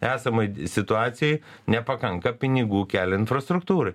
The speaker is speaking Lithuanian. esamoj situacijoj nepakanka pinigų kelio infrastruktūrai